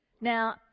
Now